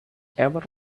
ever